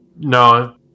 No